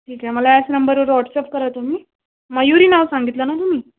ठीक आहे मला याच नम्बरवर वॉट्सअप करा तुम्ही मयुरी नाव सांगितलं ना तुम्ही